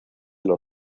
los